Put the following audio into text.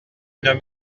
nommé